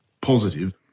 positive